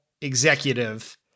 executive